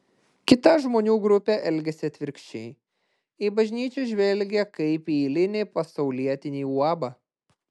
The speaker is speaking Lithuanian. kita žmonių grupė elgiasi atvirkščiai į bažnyčią žvelgia kaip į eilinį pasaulietinį uabą